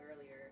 earlier